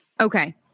Okay